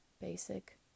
basic